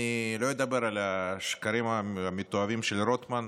אני לא אדבר על השקרים המתועבים של רוטמן,